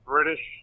British